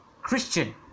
Christian